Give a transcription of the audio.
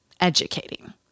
educating